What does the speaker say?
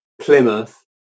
Plymouth